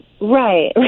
right